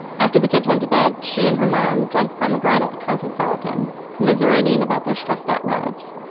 after the kids went to bed, she and her mom drank pomegranate cosmopolitans, commiserating about their stressed out lives